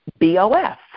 BOF